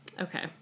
Okay